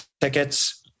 tickets